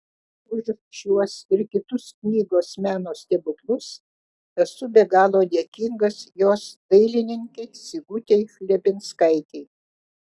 už šiuos ir kitus knygos meno stebuklus esu be galo dėkingas jos dailininkei sigutei chlebinskaitei